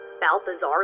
Balthazar